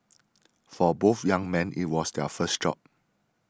for both young men it was their first job